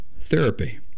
Therapy